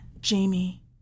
Jamie